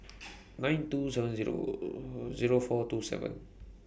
nine two seven Zero Zero four two seven